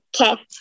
Okay